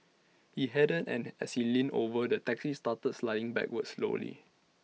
he hadn't and as he leaned over the taxi started sliding backwards slowly